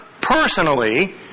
personally